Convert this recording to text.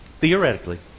theoretically